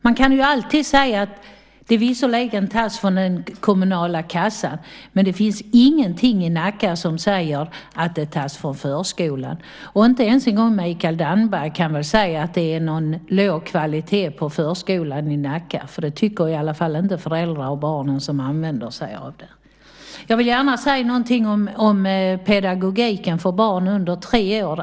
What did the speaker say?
Man kan alltid säga att det visserligen tas från den kommunala kassan, men det finns ingenting i Nacka som säger att det tas från förskolan. Inte ens Mikael Damberg kan väl säga att det är låg kvalitet på förskolan i Nacka. Det tycker i alla fall inte de föräldrar och barn som använder sig av den. Jag vill gärna säga något om pedagogiken för barn under tre år.